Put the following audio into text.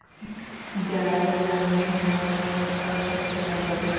जाड़ ला महीना म का फसल लगाबो?